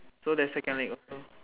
so there's second league also